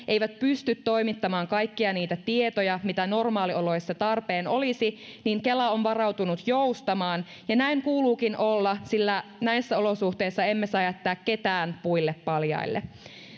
eivät pysty toimittamaan kaikkia niitä tietoja mitä normaalioloissa tarpeen olisi niin kela on varautunut joustamaan ja näin kuuluukin olla sillä näissä olosuhteissa emme saa jättää ketään puille paljaille